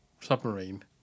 submarine